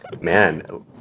man